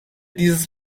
dieses